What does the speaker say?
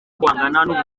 guhangana